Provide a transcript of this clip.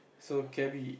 so can we